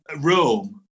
Rome